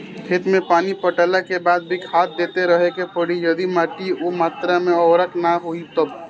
खेत मे पानी पटैला के बाद भी खाद देते रहे के पड़ी यदि माटी ओ मात्रा मे उर्वरक ना होई तब?